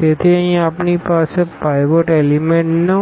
તેથી અહીં આપણે આ પાઈવોટ એલીમેન્ટઓ